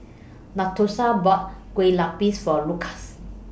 Natosha bought Kue Lupis For Lukas